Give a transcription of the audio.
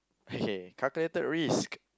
okay calculated risk